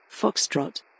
Foxtrot